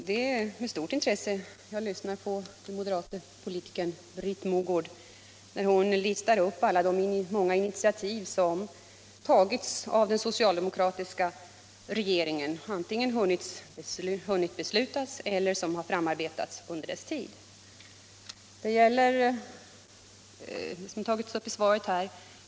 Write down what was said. Herr talman! Det är med stort intresse jag lyssnar på den moderata politikern Britt Mogård när hon listar upp alla de många initiativ som tagits av den socialdemokratiska regeringen och som antingen hunnit beslutas om eller som framarbetats under dess tid. Olika åtgärder har tagits upp i svaret här.